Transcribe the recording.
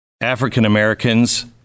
African-Americans